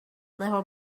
never